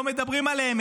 לא מדברים עליהם.